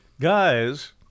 Guys